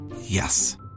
Yes